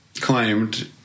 claimed